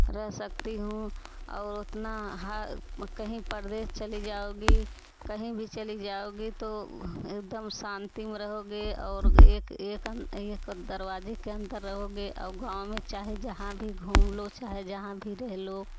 रह सकती हूँ और उतना कहीं परदेश चले जाओगी कहीं भी चली जाओगी तो एकदम शांति में रहोगे और एक एक दरवाजे के अंदर रहोगे और गाँव में चाहे जहाँ भी घूम लो चाहे जहाँ भी रह लो